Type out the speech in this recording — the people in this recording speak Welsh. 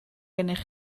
gennych